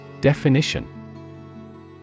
Definition